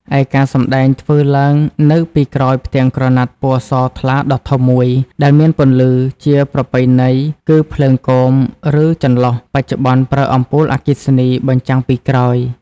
ឯការសម្ដែងធ្វើឡើងនៅពីក្រោយផ្ទាំងក្រណាត់ពណ៌សថ្លាដ៏ធំមួយ ដែលមានពន្លឺ ជាប្រពៃណីគឺភ្លើងគោម ឬចន្លុះ បច្ចុប្បន្នប្រើអំពូលអគ្គិសនី បញ្ចាំងពីក្រោយ ។